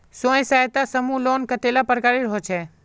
स्वयं सहायता समूह लोन कतेला प्रकारेर होचे?